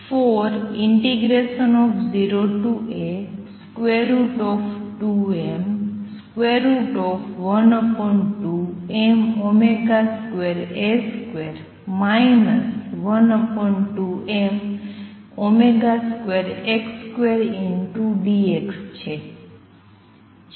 જે 40A√√dx છે